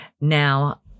Now